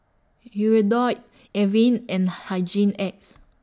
Avene and Hygin X